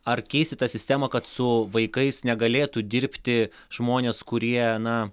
ar keisit tą sistemą kad su vaikais negalėtų dirbti žmonės kurie na